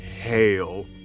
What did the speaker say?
hail